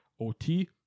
OT